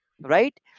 right